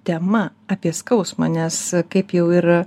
tema apie skausmą nes kaip jau ir